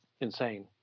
insane